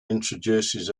introduces